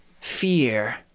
Fear